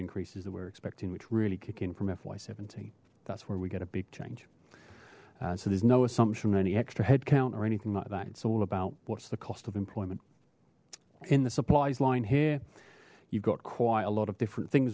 increases that we're expecting which really kick in from fy seventeen that's where we get a big change so there's no assumption any extra headcount or anything like that it's all about what's the cost of employment in the supplies line here you've got quite a lot of different things